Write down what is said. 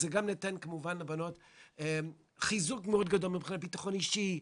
אז כמובן זה ייתן לבנות חיזוק מאוד גדול מבחינת ביטחון אישי,